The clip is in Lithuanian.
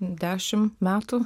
dešim metų